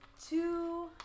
Two